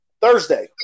Thursday